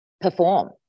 perform